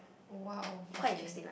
!wow! okay